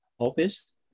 office